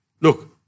look